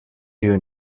you